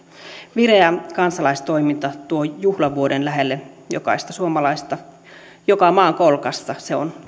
vireä kansalaistoiminta tuo juhlavuoden lähelle jokaista suomalaista joka maankolkassa se on